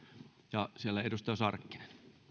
ja siellä edustaja sarkkinen